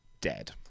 dead